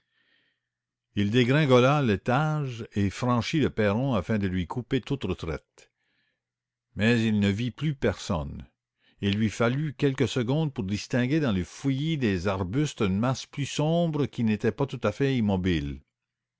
il dégringola l'étage et franchit le perron afin de lui couper toute retraite mais il ne vit plus personne et il lui fallut quelques secondes pour distinguer dans le fouillis des arbustes une masse plus sombre qui n'était pas tout à fait immobile